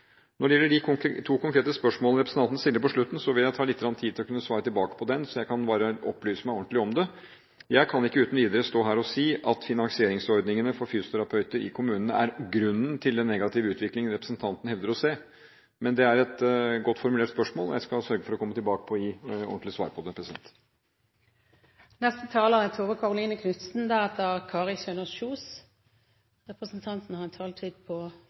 Når det gjelder de to konkrete spørsmålene representanten stilte på slutten, vil jeg ta lite grann tid til å kunne svare på dem, så jeg kan opplyse meg ordentlig om det. Jeg kan ikke uten videre stå her og si at finansieringsordningene for fysioterapeuter i kommunene er grunnen til den negative utviklingen representanten hevder å se, men det er et godt formulert spørsmål, og jeg skal sørge for å komme tilbake og gi ordentlig svar på det. God og tilpasset rehabilitering er avgjørende for at vi skal kunne ha helhetlige og sammenhengende pasientforløp. Like viktig er det at vi har